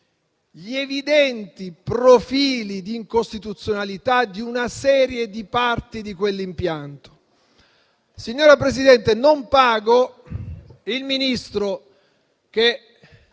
gli evidenti profili di incostituzionalità di una serie di parti di quell'impianto. Signora Presidente, non pago, il Ministro, che